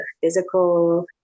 physical